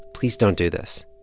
please don't do this.